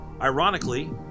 Ironically